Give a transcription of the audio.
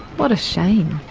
what a shame.